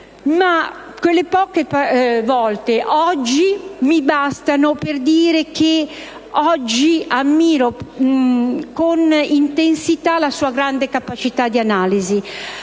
Ma quelle poche volte oggi mi bastano per poter dire che ammiro con intensità la sua grande capacità di analisi.